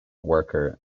worker